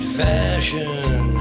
fashion